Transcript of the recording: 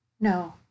No